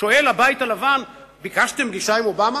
שואל הבית הלבן: ביקשתם פגישה עם אובמה?